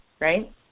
right